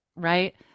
Right